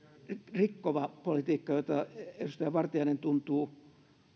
rikkova politiikka jota edustaja vartiainen tuntuu